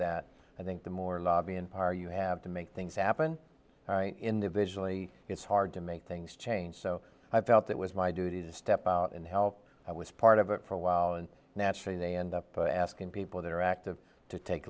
that i think the more lobby in our you have to make things happen individually it's hard to make things change so i felt that was my duty to step out and help i was part of it for a while and naturally they end up asking people that are active to take